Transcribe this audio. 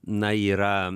na yra